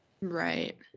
right